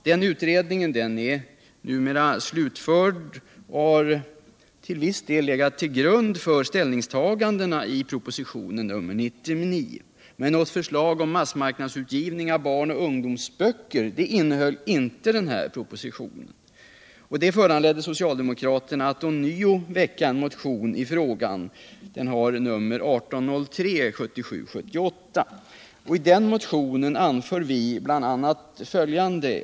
Den utredningen är numera slutförd och har till viss del legat till grund för ställningstagandena i propositionen 99. Men något förslag om massmarknadsutgivning av barnoch ungdomsböcker innehöll inte propositionen. Det föranledde socialdemokraterna att ånyo väcka en motion i frågan, 1977/78:1803.